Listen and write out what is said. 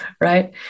right